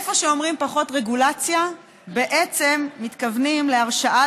איפה שאומרים פחות רגולציה בעצם מתכוונים להרשאה